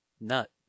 Nut